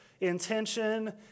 intention